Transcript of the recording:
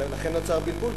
לכן נוצר הבלבול,